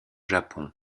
japon